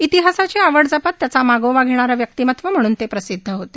इतिहासाची आवड जपत त्याचा मागोवा घेणारे व्यक्तिमत्व म्हणून ते प्रसिद्ध होते